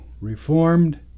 Reformed